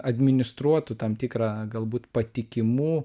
administruotų tam tikrą galbūt patikimų